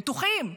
בטוחים,